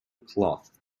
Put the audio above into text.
cloth